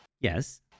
yes